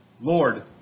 Lord